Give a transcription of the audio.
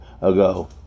ago